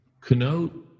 connote